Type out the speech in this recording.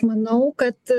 manau kad